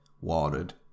watered